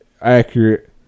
accurate